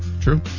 True